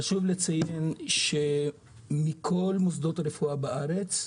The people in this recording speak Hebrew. חשוב לציין שמכל מוסדות הרפואה בארץ,